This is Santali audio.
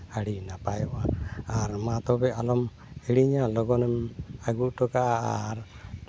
ᱟᱹᱰᱤ ᱱᱟᱯᱟᱭᱚᱜᱼᱟ ᱟᱨ ᱢᱟ ᱛᱚᱵᱮ ᱟᱞᱚᱢ ᱦᱤᱲᱤᱧᱟ ᱞᱚᱜᱚᱱ ᱟᱹᱜᱩ ᱦᱚᱴᱚ ᱠᱟᱜᱼᱟ ᱟᱨ